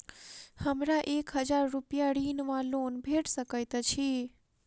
हमरा एक हजार रूपया ऋण वा लोन भेट सकैत अछि?